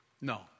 No